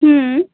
হুম